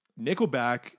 Nickelback